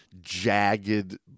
jagged